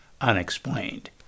unexplained